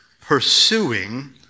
pursuing